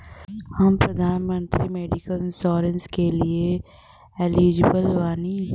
हम प्रधानमंत्री medical insurance के लिए एलिजिबल बानी?